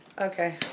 Okay